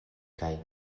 kaj